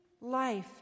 life